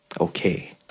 okay